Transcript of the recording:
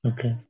Okay